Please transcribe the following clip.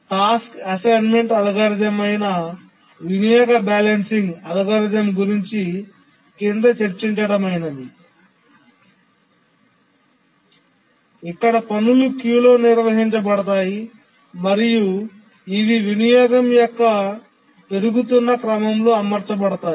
task assignment algorithm అయిన వినియోగ balancing algorithm గురించి క్రింద చర్చించడమైనది ఇక్కడ పనులు క్యూలో నిర్వహించబడతాయి మరియు ఇవి వినియోగం యొక్క పెరుగుతున్న క్రమం లో అమర్చబడతాయి